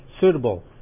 suitable